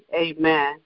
Amen